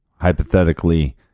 hypothetically